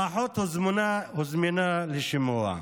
האחות הוזמנה לשימוע.